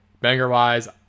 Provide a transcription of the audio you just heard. Banger-wise